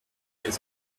it’s